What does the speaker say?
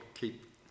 keep